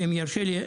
ואם יורשה לי,